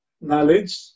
knowledge